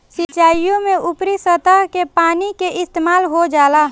सिंचाईओ में ऊपरी सतह के पानी के इस्तेमाल हो जाला